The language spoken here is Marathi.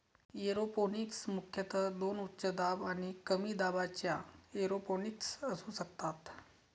एरोपोनिक्स मुख्यतः दोन उच्च दाब आणि कमी दाबाच्या एरोपोनिक्स असू शकतात